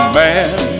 man